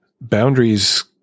boundaries